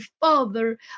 Father